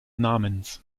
namens